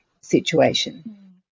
situation